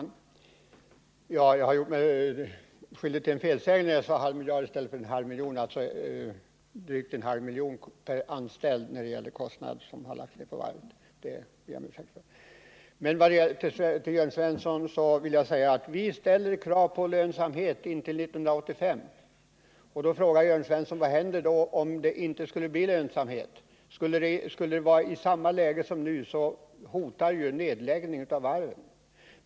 Herr talman! Jag gjorde mig skyldig till en felsägning när jag sade en halv miljard i stället för en halv miljon. Det ber jag om ursäkt för. De kostnader som har lagts ner på varven är alltså drygt en halv miljon per anställd. Till Jörn Svensson vill jag säga att vi ställer krav på lönsamhet till år 1985. Då frågar Jörn Svensson: Vad händer om det inte skulle bli någon lönsamhet då? Skulle läget vara detsamma då som nu, hotar ju nedläggning av varven.